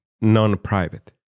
non-private